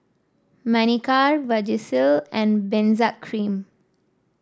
Manicare Vagisil and Benzac Cream